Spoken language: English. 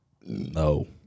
no